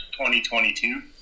2022